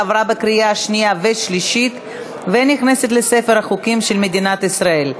עברה בקריאה שנייה ושלישית ונכנסת לספר החוקים של מדינת ישראל.